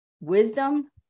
Wisdom